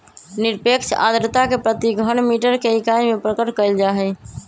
निरपेक्ष आर्द्रता के प्रति घन मीटर के इकाई में प्रकट कइल जाहई